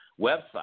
website